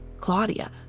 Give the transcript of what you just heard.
Claudia